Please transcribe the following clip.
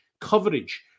coverage